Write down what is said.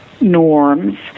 norms